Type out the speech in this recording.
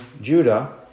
Judah